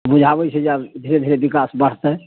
बुझाबै छै जे आब धीरे धीरे बिकास बढ़तै